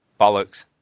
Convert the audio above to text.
Bollocks